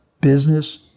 business